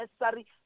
necessary